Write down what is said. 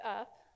up